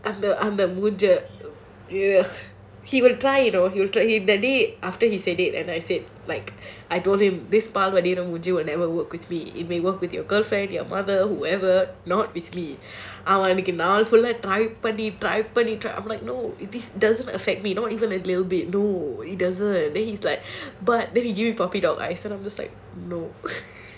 இந்த அந்த மூஞ்ச:indha andha moonja he will try you know he will try that day after he said it and I said like I told him this பால் வடியுற மூஞ்சி:paal vadiyura moonji will never work with me it may work with your girlfriend your mother whoever not with me அவனுக்கு நானே:avanukku naanae I'm like no this doesn't affect me not even a little bit no it doesn't then he's like then he give me puppy dog eyes I'm just like no